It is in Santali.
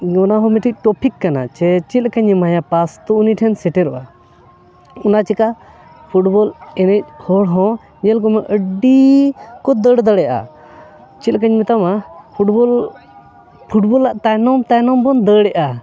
ᱚᱱᱟ ᱦᱚᱸ ᱢᱤᱫᱴᱤᱡ ᱴᱚᱯᱤᱠ ᱠᱟᱱᱟ ᱡᱮ ᱪᱮᱫ ᱞᱮᱠᱟᱧ ᱮᱢᱟᱭᱟ ᱯᱟᱥ ᱛᱚ ᱩᱱᱤ ᱴᱷᱮᱱ ᱥᱮᱴᱮᱨᱚᱜᱼᱟ ᱚᱱᱟ ᱪᱮᱠᱟ ᱯᱷᱩᱴᱵᱚᱞ ᱮᱱᱮᱡ ᱦᱚᱲ ᱦᱚᱸ ᱧᱮᱞ ᱠᱚᱢᱟ ᱟᱹᱰᱤ ᱠᱚ ᱫᱟᱹᱲ ᱫᱟᱲᱮᱭᱟᱜᱼᱟ ᱪᱮᱫ ᱞᱮᱠᱟᱧ ᱢᱮᱛᱟᱢᱟ ᱯᱷᱩᱴᱵᱚᱞ ᱯᱷᱩᱴᱵᱚᱞᱟᱜ ᱛᱟᱭᱱᱚᱢ ᱛᱟᱭᱱᱚᱢ ᱵᱚᱱ ᱫᱟᱹᱲᱮᱜᱼᱟ